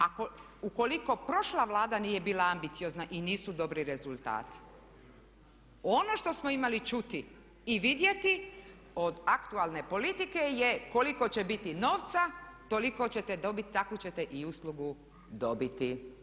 A ukoliko prošla Vlada nije bila ambiciozna i nisu dobri rezultati, ono što smo imali čuti i vidjeti od aktualne politike je koliko će biti novca toliko ćete dobiti, takvu ćete i uslugu dobiti.